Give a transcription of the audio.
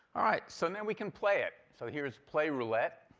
all right, so then we can play it. so here is play roulette.